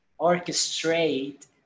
orchestrate